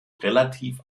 relativ